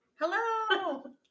Hello